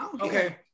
Okay